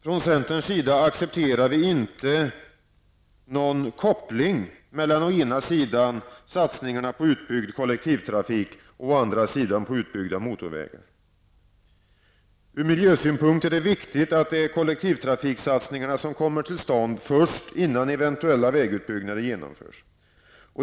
Vi i centern accepterar inte någon koppling mellan satsningarna på å ena sidan utbyggd kollektivtrafik och å andra sidan utbyggda motorvägar. Ur miljösynpunkt är det viktigt att det är kollektivtrafiksatsningarna som kommer till stånd först, innan eventuella vägutbyggnader genomförs.